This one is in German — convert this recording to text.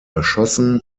erschossen